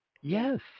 Yes